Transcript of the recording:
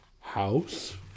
House